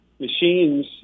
Machines